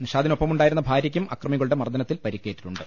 നിഷാദിനൊപ്പമുണ്ടായിരുന്ന ഭാര്യയ്ക്കും അക്രമികളുടെ മർദ്ദന ത്തിൽ പരിക്കേറ്റിട്ടുണ്ട്